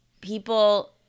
people